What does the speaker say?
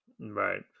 Right